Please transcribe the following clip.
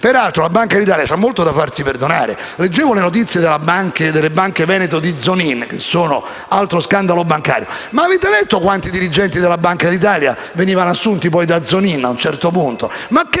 Peraltro la Banca d'Italia ha molto da farsi perdonare. Leggevo le notizie delle banche venete di Zonin, che rappresentano un altro scandalo bancario: ma avete letto quanti dirigenti della Banca d'Italia venivano assunti poi da Zonin? Ma che vergogna